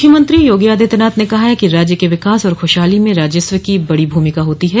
मुख्यमंत्री योगी आदित्यनाथ ने कहा है कि राज्य के विकास और खुशहाली में राजस्व की बड़ी भूमिका होती है